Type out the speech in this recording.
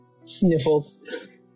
Sniffles